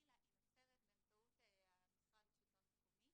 מלכתחילה היא נוצרת באמצעות המשרד לשלטון מקומי